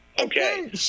Okay